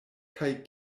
kaj